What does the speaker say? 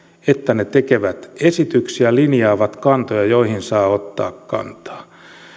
että ne tekevät esityksiä linjaavat kantoja joihin saa ottaa kantaa